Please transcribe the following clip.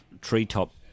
Treetop